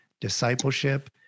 discipleship